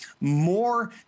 more